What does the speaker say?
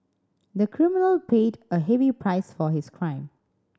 the criminal paid a heavy price for his crime